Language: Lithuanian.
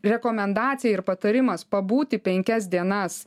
rekomendacija ir patarimas pabūti penkias dienas